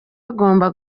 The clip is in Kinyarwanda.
agomba